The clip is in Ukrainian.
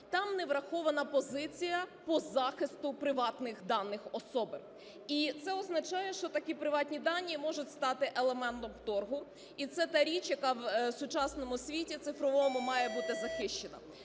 там не врахована позиція по захисту приватних даних особи. І це означає, що такі приватні дані можуть стати елементом торгу. І це та річ, яка в сучасному світі цифровому має бути захищена.